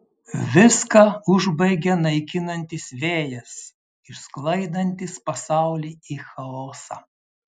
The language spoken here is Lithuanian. viską užbaigia naikinantis vėjas išsklaidantis pasaulį į chaosą